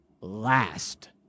last